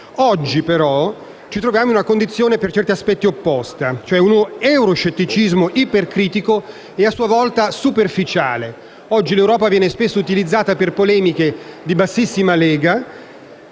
e però ci troviamo in una condizione per certi aspetti opposta: un euro-scetticismo ipercritico e, a sua volta, superficiale. Oggi l'Europa viene spesso utilizzata per polemiche di bassissima lega